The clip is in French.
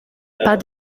pas